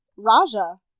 raja